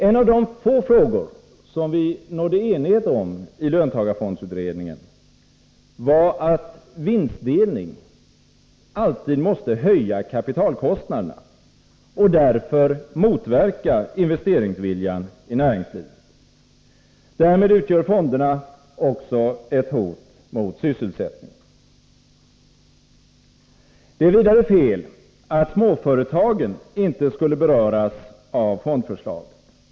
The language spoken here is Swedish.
En av de få frågor som vi i löntagarfondsutredningen nådde enighet om var att vinstdelning alltid måste höja kapitalkostnaderna och därför motverka investeringsviljan i näringslivet. Därmed utgör fonderna också ett hot mot sysselsättningen. Det är vidare fel att småföretagen inte skulle beröras av fondförslaget.